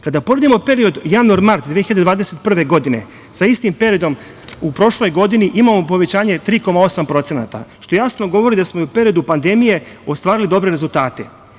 Kada poredimo period januar-mart 2021. godine sa istim periodom u prošloj godini, imamo povećanje 3,8%, što jasno govori da smo i u periodu pandemije ostvarili dobre rezultate.